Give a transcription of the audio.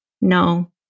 no